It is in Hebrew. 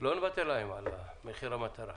לא נוותר להם על מחיר המטרה.